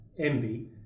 MB